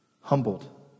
humbled